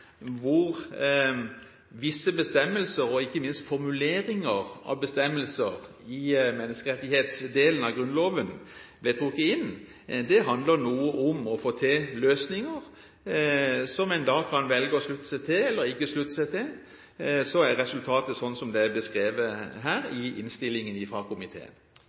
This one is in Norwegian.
hvor visse bestemmelser og ikke minst visse formuleringer av bestemmelser i menneskerettighetsdelen av Grunnloven ble trukket inn, handler om å få til løsninger som en kan velge å slutte seg til eller ikke slutte seg til. Resultatet ble slik det er beskrevet i innstillingen